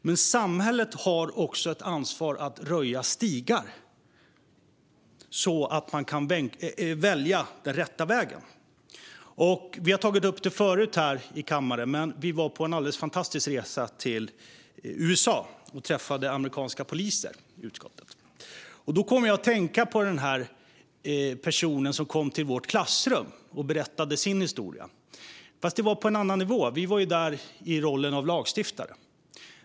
Men också samhället har ett ansvar: att röja stigar så att man kan välja rätt väg. Vi har tagit upp förut här i kammaren att vi i utskottet var på en alldeles fantastisk resa till USA där vi träffade amerikanska poliser. Då kom jag att tänka på den där personen som kom till vårt klassrum och berättade sin historia. Fast det var på en annan nivå - vi var ju i USA i rollen av lagstiftare.